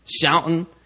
shouting